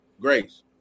grace